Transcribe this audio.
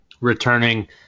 returning